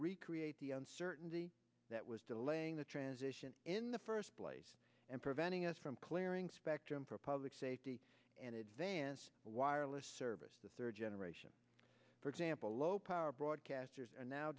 recreate the uncertainty that was delaying the transition in the first place and preventing us from clearing spectrum for public safety and advance wireless service the third generation for example low power broadcasters are now